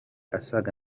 asaga